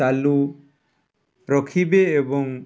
ଚାଲୁ ରଖିବେ ଏବଂ